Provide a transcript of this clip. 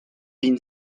been